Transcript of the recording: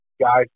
guys